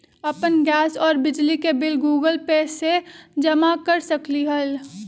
अपन गैस और बिजली के बिल गूगल पे से जमा कर सकलीहल?